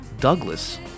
Douglas